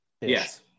yes